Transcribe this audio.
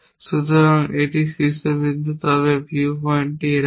সুতরাং এটি শীর্ষবিন্দু তবে ভিউ পয়েন্টটি এরকম